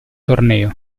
torneo